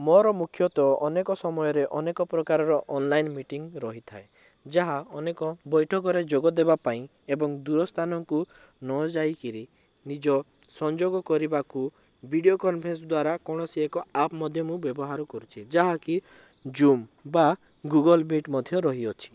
ମୋର ମୁଖ୍ୟତଃ ଅନେକ ସମୟରେ ଅନେକ ପ୍ରକାରର ଅନଲାଇନ ମୀଟିଂଗ୍ ରହିଥାଏ ଯାହା ଅନେକ ବୈଠକରେ ଯୋଗ ଦେବା ପାଇଁ ଏବଂ ଦୂର ସ୍ଥାନକୁ ନ ଯାଇକରି ନିଜ ସଂଯୋଗ କରିବାକୁ ଭିଡ଼ିଓ କନଫରେନସ୍ ଦ୍ୱାରା କୌଣସି ଏକ ଆପ ମଧ୍ୟ ମୁଁ ବ୍ୟବହାର କରୁଛି ଯାହାକି ଜୁମ୍ ବା ଗୁଗଲ୍ ମିଟ୍ ମଧ୍ୟ ରହିଅଛି